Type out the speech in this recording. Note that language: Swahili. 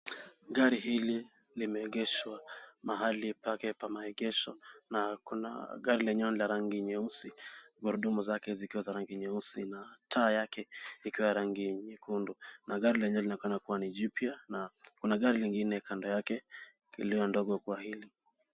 Gari hili limeegeshwa mahali pake pa maegesho na gari lenyewe ni la rangi nyeusi. Gurudumu zake zikiwa za rangi nyeusi na taa yake ikiwa ya rangi nyekundu na gari lenyewe laonekana kua ni jipya na kuna gari lingine kando yake lililo ndogo kwa hili.